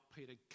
Peter